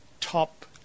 top